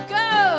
go